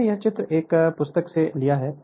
मैंने यह चित्र एक पुस्तक से लिया है